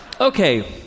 Okay